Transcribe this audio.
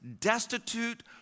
destitute